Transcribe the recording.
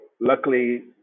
luckily